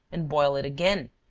and boil it again,